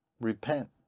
repent